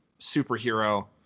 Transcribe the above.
superhero